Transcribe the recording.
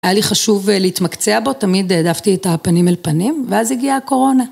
היה לי חשוב להתמקצע בו, תמיד העדפתי את הפנים אל פנים, ואז הגיעה הקורונה.